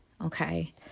okay